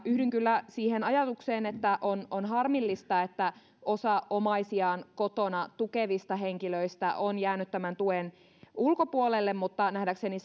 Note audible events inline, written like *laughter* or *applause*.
yhdyn kyllä siihen ajatukseen että on on harmillista että osa omaisiaan kotona tukevista henkilöistä on jäänyt tämän tuen ulkopuolelle mutta nähdäkseni *unintelligible*